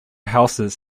houses